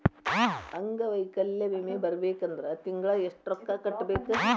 ಅಂಗ್ವೈಕಲ್ಯ ವಿಮೆ ಬರ್ಬೇಕಂದ್ರ ತಿಂಗ್ಳಾ ಯೆಷ್ಟ್ ರೊಕ್ಕಾ ಕಟ್ಟ್ಬೇಕ್?